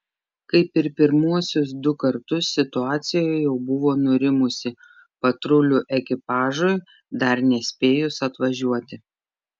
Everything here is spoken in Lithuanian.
kaip ir pirmuosius du kartus situacija jau buvo nurimusi patrulių ekipažui dar nespėjus atvažiuoti